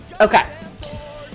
okay